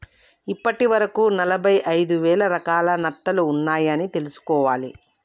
ఇప్పటి వరకు ఎనభై ఐదు వేల రకాల నత్తలు ఉన్నాయ్ అని తెలుసుకోవాలి